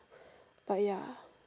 but ya